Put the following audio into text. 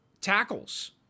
tackles